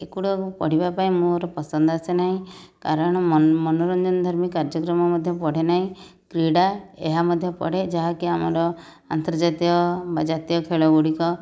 ଏଗୁଡ଼ାକୁ ପଢ଼ିବା ପାଇଁ ମୋର ପସନ୍ଦ ଆସେ ନାହିଁ କାରଣ ମନୋରଞ୍ଜନ ଧର୍ମୀ କାର୍ଯ୍ୟକ୍ରମ ମଧ୍ୟ ପଢ଼େ ନାହିଁ କ୍ରୀଡ଼ା ଏହା ମଧ୍ୟ ପଢ଼େ ଯାହାକି ଆମର ଆନ୍ତର୍ଜାତୀୟ ବା ଜାତୀୟ ଖେଳ ଗୁଡ଼ିକ